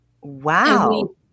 Wow